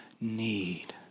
need